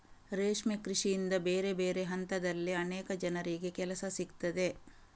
ರೇಷ್ಮೆ ಕೃಷಿಯಿಂದ ಬೇರೆ ಬೇರೆ ಹಂತದಲ್ಲಿ ಅನೇಕ ಜನರಿಗೆ ಕೆಲಸ ಸಿಗ್ತದೆ